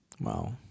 Wow